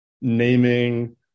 naming